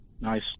Nice